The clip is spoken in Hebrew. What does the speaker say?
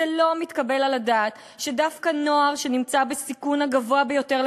לא מתקבל על הדעת שדווקא נוער שנמצא בסיכון הגבוה ביותר של